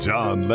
John